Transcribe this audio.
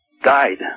Died